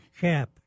cap